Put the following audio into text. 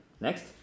Next